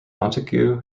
montague